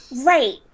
right